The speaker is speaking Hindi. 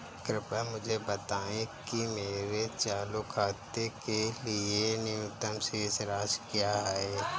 कृपया मुझे बताएं कि मेरे चालू खाते के लिए न्यूनतम शेष राशि क्या है?